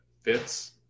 fits